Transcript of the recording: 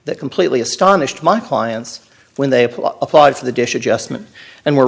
that completely astonished my clients when they applied for the dish adjustment and were